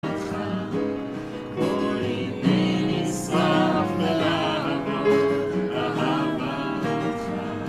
אהבתך, כמו לבי נשרף, בלהבות אהבתך.